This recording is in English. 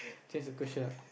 change the question ah